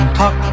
talk